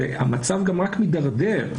המצב גם רק מדרדר.